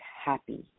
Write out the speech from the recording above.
happy